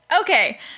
Okay